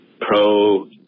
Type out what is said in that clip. pro